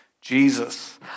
Jesus